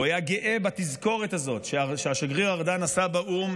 הוא היה גאה בתזכורת הזאת שהשגריר ארדן עשה באו"ם,